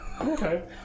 Okay